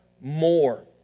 more